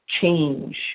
change